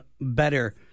better